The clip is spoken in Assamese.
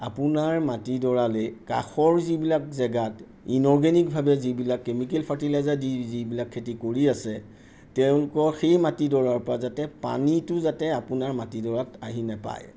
আপোনাৰ মাটিডৰালে কাষৰ যিবিলাক জেগাত ইনঅৰ্গেনিকভাৱে যিবিলাক কেমিকেল ফাৰ্টিলাইজাৰ দি যিবিলাক খেতি কৰি আছে তেওঁলোকৰ সেই মাটিডৰাৰ পৰা যাতে পানীটো যাতে আপোনাৰ মাটিডৰাত আহি নেপায়